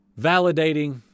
validating